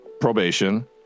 probation